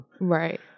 Right